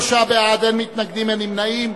53 בעד, אין מתנגדים, אין נמנעים.